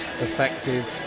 effective